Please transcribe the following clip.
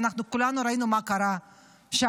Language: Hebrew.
ואנחנו כולנו ראינו מה קרה שם.